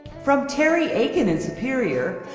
from terry aiken and superior,